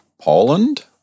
Poland